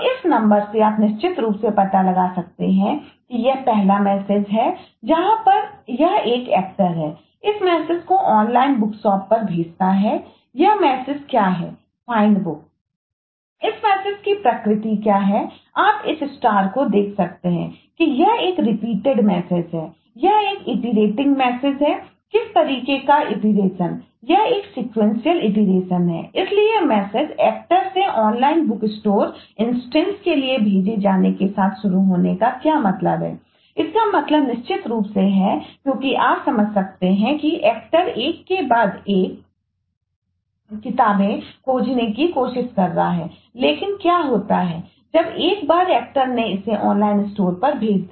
इस मैसेजपर भेज दिया